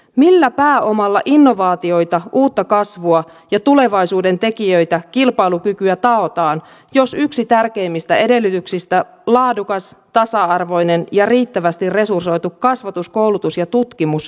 millä pääomalla innovaatioita uutta kasvua ja tulevaisuuden tekijöitä kilpailukykyä taotaan jos yksi tärkeimmistä edellytyksistä laadukas tasa arvoinen ja riittävästi resursoitu kasvatus koulutus ja tutkimus vaarannetaan